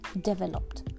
developed